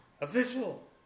Official